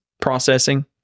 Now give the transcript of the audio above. processing